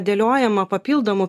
dėliojama papildomų